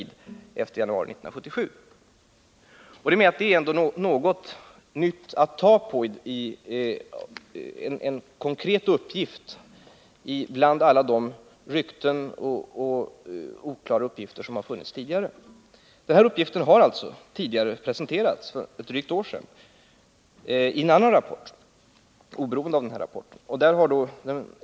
Detta är något nytt att ta på, en konkret uppgift bland alla de rykten och oklara uppgifter som har funnits tidigare. Den här uppgiften har alltså tidigare presenterats för drygt ett år sedan i en annan rapport, oberoende av den här rapporten.